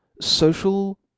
social